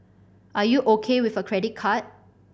are you O K with a credit card